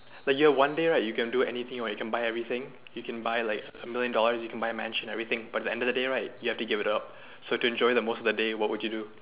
like you know one day right you can do anything you want you can buy everything you can buy like a million dollar you can buy mansion everything but at the end of the day you have to give it up so to enjoy most of the day what would you do